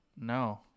No